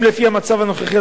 אם לפי המצב הנוכחי,